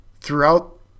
throughout